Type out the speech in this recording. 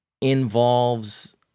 involves